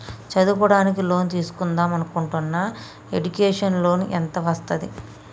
చదువుకోవడానికి లోన్ తీస్కుందాం అనుకుంటున్నా ఎడ్యుకేషన్ లోన్ ఎంత వస్తది?